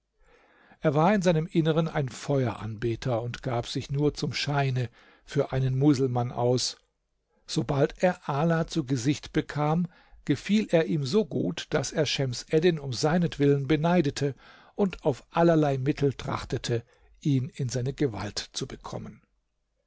er war in seinem inneren ein feueranbeter und gab sich nur zum scheine für einen muselmann aus sobald er ala zu gesicht bekam gefiel er ihm so gut daß er schems eddin um seinetwillen beneidete und auf allerlei mittel trachtete ihn in seine gewalt zu bekommen